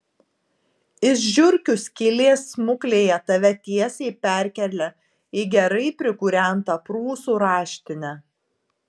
iš žiurkių skylės smuklėje tave tiesiai perkelia į gerai prikūrentą prūsų raštinę